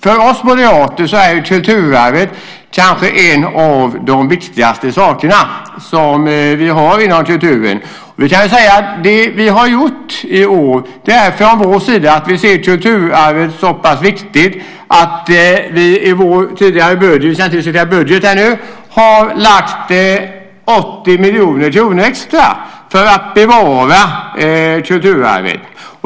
För oss moderater är kulturarvet kanske en av de viktigaste saker som vi har inom kulturen. Det vi har gjort i år från vår sida är att vi ser kulturarvet som så pass viktigt att vi i vår tidigare budget, även om vi inte ska diskutera den nu, har lagt 80 miljoner kronor extra för att bevara kulturarvet.